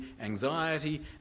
anxiety